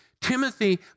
Timothy